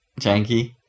janky